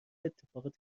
اتفاقات